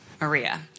Maria